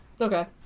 Okay